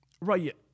Right